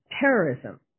terrorism